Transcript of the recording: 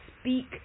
speak